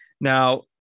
Now